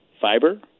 fiber